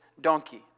donkey